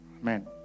Amen